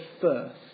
first